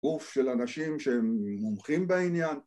‫גוף של אנשים שהם מומחים בעניין.